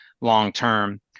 long-term